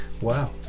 Wow